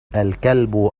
الكلب